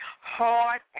hard